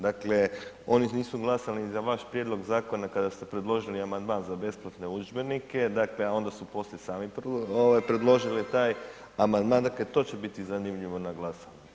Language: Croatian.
Dakle, oni nisu glasali ni za vaš prijedlog zakona kada ste predložili amandman za besplatne udžbenike, a onda su poslije samo predložili taj amandman, dakle to će biti zanimljivo na glasanju.